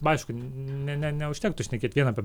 aišku ne ne neužtektų šnekėt vien apie